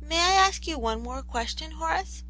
may i ask you one more question, horace